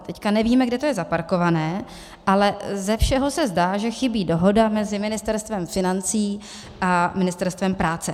Teď nevíme, kde to je zaparkované, ale ze všeho se zdá, že chybí dohoda mezi Ministerstvem financí a Ministerstvem práce.